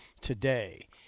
today